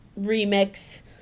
remix